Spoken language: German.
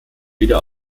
wieder